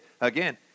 Again